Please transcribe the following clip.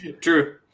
true